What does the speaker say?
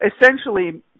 essentially